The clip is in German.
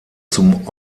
zum